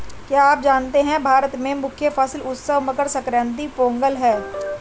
क्या आप जानते है भारत में मुख्य फसल उत्सव मकर संक्रांति, पोंगल है?